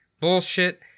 bullshit